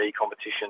competition